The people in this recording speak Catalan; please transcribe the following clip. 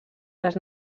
les